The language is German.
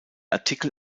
artikel